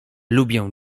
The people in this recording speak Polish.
lubię